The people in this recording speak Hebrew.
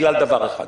בגלל דבר אחד